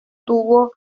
tuvo